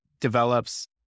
develops